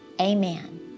amen